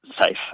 safe